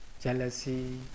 jealousy